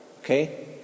okay